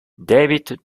david